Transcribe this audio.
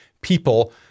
people